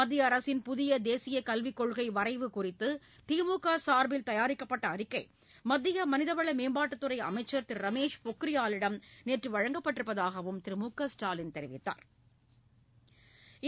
மத்திய அரசின் புதிய தேசிய கல்வி கொள்கை வரைவு குறித்து திமுக காா்பில் தயாரிக்கப்பட்ட அறிக்கை மத்திய மனிதவள மேம்பாட்டுத்துறை அமைச்சா் திரு ரமேஷ் பொக்ரியாலிடம் நேற்று வழங்கப்பட்டிருப்பதாகவும் திரு மு க ஸ்டாலின் தெரிவித்தாா்